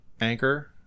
Anchor